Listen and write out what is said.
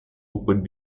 would